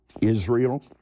Israel